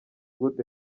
good